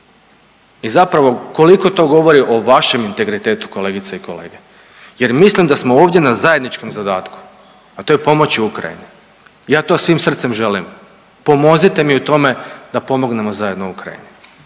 I zapravo koliko to govori o vašem integritetu kolegice i kolege, jer mislim da smo ovdje na zajedničkom zadatku, a to je pomoći Ukrajini. Ja to svim srcem želim. Pomozite mi u tome, da pomognemo zajedno Ukrajini.